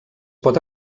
pot